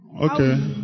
Okay